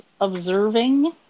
observing